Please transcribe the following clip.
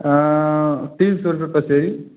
आँ तीन सौ रुपये पसेरी